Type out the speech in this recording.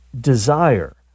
desire